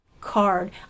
card